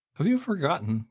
have you forgotten,